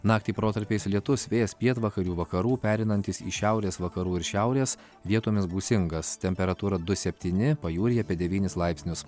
naktį protarpiais lietus vėjas pietvakarių vakarų pereinantis į šiaurės vakarų ir šiaurės vietomis gūsingas temperatūra du septyni pajūryje apie devynis laipsnius